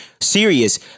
serious